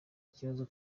ikibazo